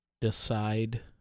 decide